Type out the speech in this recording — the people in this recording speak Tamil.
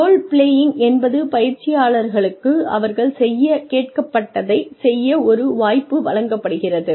ரோல் - பிளேயிங் என்பது பயிற்சியாளர்களுக்கு அவர்கள் செய்யக் கேட்கப்பட்டதைச் செய்ய ஒரு வாய்ப்பு வழங்கப்படுகிறது